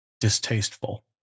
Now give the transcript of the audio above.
distasteful